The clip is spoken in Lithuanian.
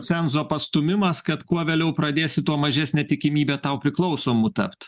cenzo pastūmimas kad kuo vėliau pradėsi tuo mažesnė tikimybė tau priklausomu tapt